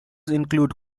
include